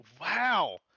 Wow